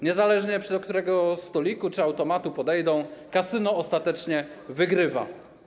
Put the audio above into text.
Niezależnie do którego stolika czy automatu podejdą, kasyno ostatecznie wygrywa.